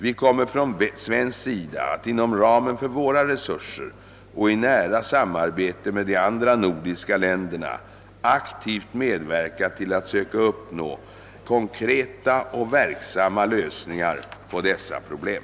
Vi kommer från svensk sida att inom ramen för våra resurser och i nära samarbete med de andra nordiska länderna aktivt medverka till att söka uppnå konkreta och verksamma lösningar på dessa problem.